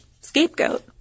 scapegoat